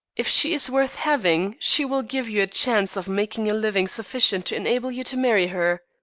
if she is worth having she will give you a chance of making a living sufficient to enable you to marry her.